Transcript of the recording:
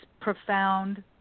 profound